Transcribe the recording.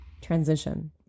transition